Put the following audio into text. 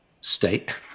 state